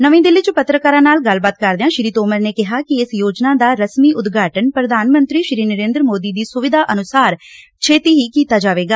ਨਵੀਂ ਦਿੱਲੀ ਚ ਪਤਰਕਾਰਾਂ ਨਾਲ ਗੱਲਬਾਤ ਕਰਦਿਆਂ ਸ਼ੀ ਤੋਮਰ ਨੇ ਕਿਹਾ ਕਿ ਇਸ ਯੋਜਨਾ ਦਾ ਰਸਮੀ ਉਦਘਾਟਨ ਪ੍ਰਧਾਨ ਮੰਤਰੀ ਨਰੇਂਦਰ ਮੋਦੀ ਦੀ ਸੁਵਿਧਾ ਅਨੁਸਾਰ ਛੇਤੀ ਹੀ ਕੀਤਾ ਜਾਵੇਗਾ